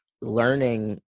learning